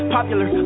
Popular